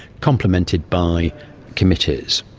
complemented by committees.